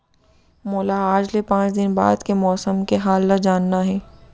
मोला आज ले पाँच दिन बाद के मौसम के हाल ल जानना हे?